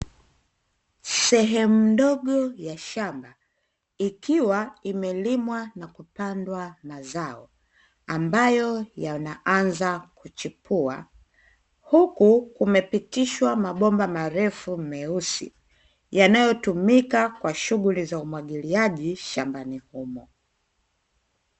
Sehemu ndogo ya shamba, ikiwa imelimwa na kupandwa mazao, ambayo yanaanza kuchipua, huku kumepitishwa mabomba marefu meusi yanayotumika kwa shughuli za umwagiliaji shambani humo.